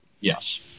Yes